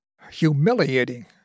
Humiliating